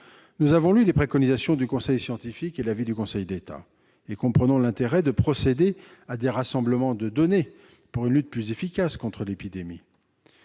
Nous avons lu les préconisations du comité de scientifiques et l'avis du Conseil d'État ; nous comprenons l'intérêt de procéder à des rassemblements de données pour permettre une lutte plus efficace contre l'épidémie.